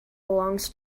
belongs